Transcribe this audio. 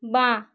বাঁ